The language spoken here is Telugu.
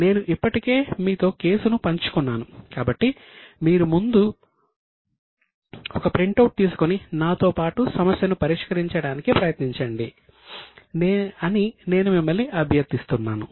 నేను ఇప్పటికే మీతో కేసును పంచుకున్నాను కాబట్టి మీరు ముందు ఒక ప్రింట్ అవుట్ తీసుకొని నాతో పాటు సమస్యను పరిష్కరించడానికి ప్రయత్నించండి అని నేను మిమ్మల్ని అభ్యర్థిస్తున్నాను